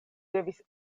devis